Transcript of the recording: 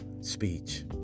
speech